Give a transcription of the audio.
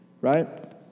right